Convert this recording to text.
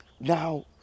now